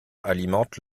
alimente